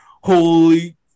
Holy